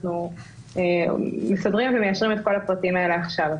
אנחנו מסדרים ומיישרים את כל הפרטים האלה עכשיו.